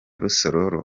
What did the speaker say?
rusororo